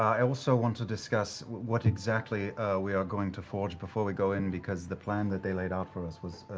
i also want to discuss what exactly we are going to forge before we go in, because the plan that they laid out for us was